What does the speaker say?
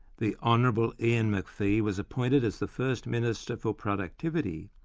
the hon ian mcphee was appointed as the first minister for productivity,